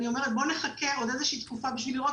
אני אומרת: בואו נחכה עוד תקופה כדי לראות